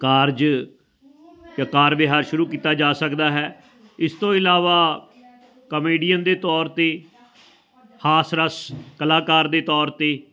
ਕਾਰਜ ਜਾਂ ਕਾਰ ਵਿਹਾਰ ਸ਼ੁਰੂ ਕੀਤਾ ਜਾ ਸਕਦਾ ਹੈ ਇਸ ਤੋਂ ਇਲਾਵਾ ਕਮੇਡੀਅਨ ਦੇ ਤੌਰ 'ਤੇ ਹਾਸਰਸ ਕਲਾਕਾਰ ਦੇ ਤੌਰ 'ਤੇ